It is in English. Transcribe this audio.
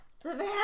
Savannah